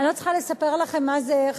אני לא צריכה לספר לכם מה זה,